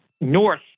north